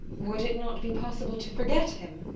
would it not be possible to forget him?